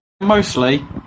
mostly